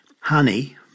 Honey